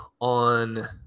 on